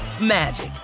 magic